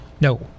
No